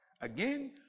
Again